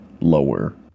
lower